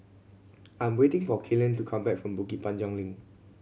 I am waiting for Kellen to come back from Bukit Panjang Link